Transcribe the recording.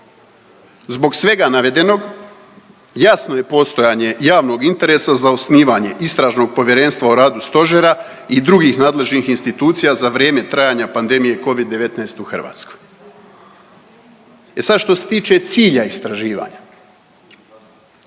Zbog svega navedenog jasno je postojanje javnog interesa za osnivanje Istražnog povjerenstva o radu Stožera i drugih nadležnih institucija za vrijeme trajanja pandemije Covid-19 u Hrvatskoj. E sad, što se tiče cilja istraživanja.